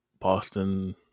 boston